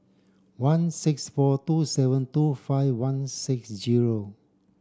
one six four two seven two five one six zero